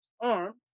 arms